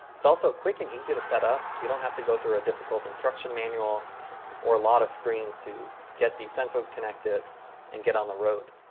it's also quick and easy to set up you don't have to go through a difficult instruction manual or a lot of screens to get the sensors connected and get on the road.